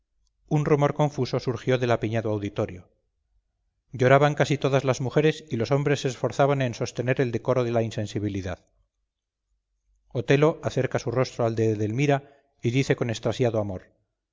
un rumor confuso surgió del apiñado auditorio lloraban casi todas las mujeres y los hombres se esforzaban en sostener el decoro de la insensibilidad otelo acerca su rostro al de edelmira y dice con extasiado amor